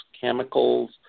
chemicals